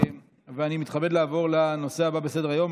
אני מתכבד לעבור לנושא הבא בסדר-היום,